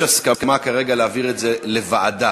יש הסכמה כרגע להעביר את זה לוועדה.